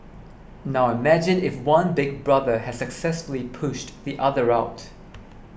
now imagine if one Big Brother has successfully pushed the other out